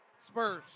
Spurs